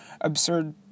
absurd